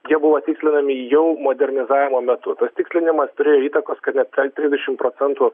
jie buvo tikslinami jau modernizavimo metu tas tikslinimas turėjo įtakos kad net trisdešim procentų